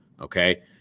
Okay